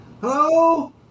Hello